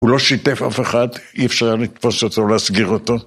הוא לא שיתף אף אחד, אי אפשר היה לתפוס אותו, להסגיר אותו.